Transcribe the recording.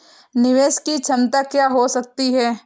निवेश की क्षमता क्या हो सकती है?